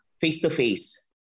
face-to-face